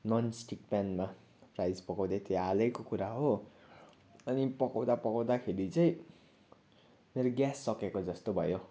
नन् stick प्यानमा fries पकाउँदै थिएँ हालैको कुरा हो अनि पकउँदा पकउँदाखेरि चाहिँ मेरो ग्यास सकिएको जस्तो भयो